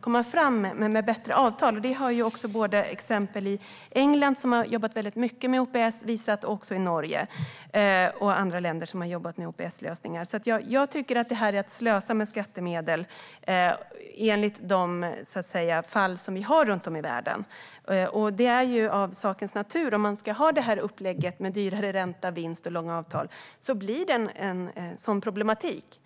komma fram med bättre avtal. Det har exempel i England, som har jobbat väldigt mycket med OPS, visat. Det gäller också Norge och andra länder som har jobbat med OPS-lösningar. Jag tycker att detta är att slösa med skattemedel, enligt de fall vi har runt om i världen. Det ligger i sakens natur att det blir så här. Om man ska ha upplägget med dyrare ränta, vinst och långa avtal blir det en sådan problematik.